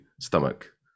stomach